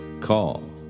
call